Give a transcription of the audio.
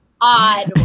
odd